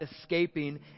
escaping